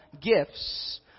gifts